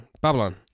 Babylon